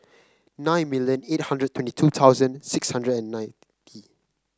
nine million eight hundred and twenty two thousand six hundred and ninety